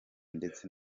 ndetse